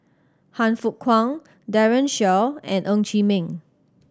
Han Fook Kwang Daren Shiau and Ng Chee Meng